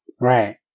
Right